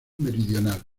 meridional